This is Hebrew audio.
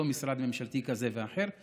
לא משרד ממשלתי כזה או אחר,